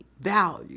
value